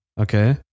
Okay